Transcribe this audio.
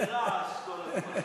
עושה רעש כל הזמן.